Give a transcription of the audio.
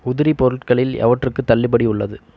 உதிரி பொருட்களில் எவற்றுக்கு தள்ளுபடி உள்ளது